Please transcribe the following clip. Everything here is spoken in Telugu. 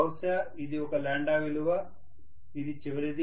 బహుశా ఇది ఒక విలువ ఇది చివరిది